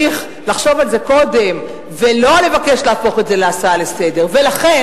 צריך לחשוב מה קורה ומה קורה אחר כך,